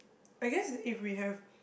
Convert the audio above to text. I guess if we have